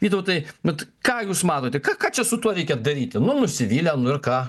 vytautai vat ką jūs manote ką ką čia su tuo reikia daryti nu nusivylę nu ir ką